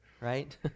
right